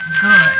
Good